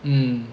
mm